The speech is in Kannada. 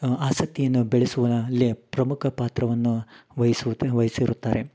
ಆಸಕ್ತಿಯನ್ನು ಬೆಳೆಸುವ ಅಲ್ಲಿ ಪ್ರಮುಖ ಪಾತ್ರವನ್ನು ವೈಸುದ್ ವೈಹಿಸಿರುತ್ತಾರೆ